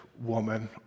woman